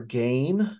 game